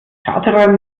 chartere